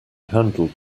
handled